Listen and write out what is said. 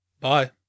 Bye